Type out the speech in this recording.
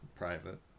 Private